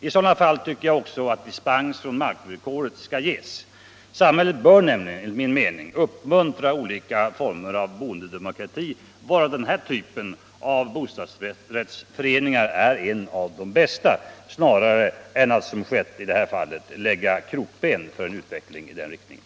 I sådana fall tycker jag också att dispens från markvillkoret skall ges. Samhället bör uppmuntra olika former av boendedemokrati, varav den här typen av bostadsrättsföreningar är en av de bästa, snarare än att, som skett i detta fall, lägga krokben för en utveckling i den riktningen.